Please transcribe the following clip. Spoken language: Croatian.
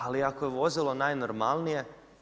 Ali ako je vozilo najnormalnije.